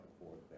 forward